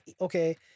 okay